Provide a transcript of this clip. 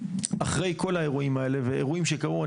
שאחרי כל האירועים האלה ואירועים שקרו,